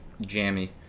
jammy